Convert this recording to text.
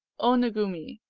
o nugumee,